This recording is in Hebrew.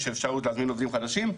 יש אפשרות להזמין עובדים חדשים,